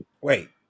wait